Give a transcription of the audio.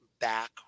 back